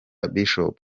bishop